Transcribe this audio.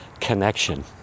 connection